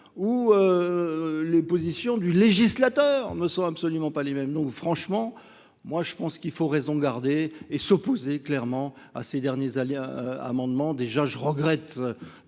où les positions du législateur ne sont absolument pas les mêmes ? Donc franchement, moi je pense qu'il faut raisonner. Il faut raison garder et s'opposer clairement à ces derniers amendements. Déjà, je regrette